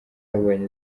yabonye